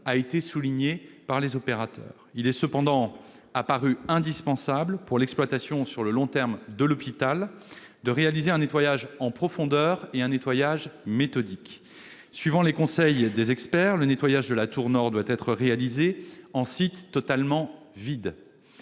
a été soulignée par les opérateurs. Il est cependant apparu indispensable, pour l'exploitation sur le long terme de l'hôpital, de réaliser un nettoyage méthodique en profondeur. Suivant les conseils des experts, le nettoyage de la tour nord doit être effectué en site totalement vide.